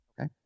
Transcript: Okay